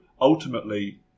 ultimately